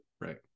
right